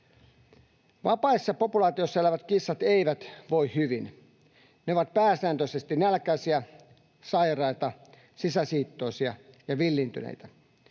Vapaissa populaatioissa elävät kissat eivät voi hyvin. Ne ovat pääsääntöisesti nälkäisiä, sairaita, sisäsiittoisia ja villiintyneitä.